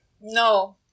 No